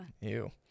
Ew